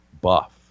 buff